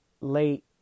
Late